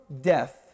death